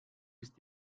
ist